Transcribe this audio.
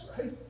right